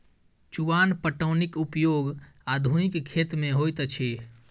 चुआन पटौनीक उपयोग आधुनिक खेत मे होइत अछि